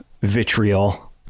vitriol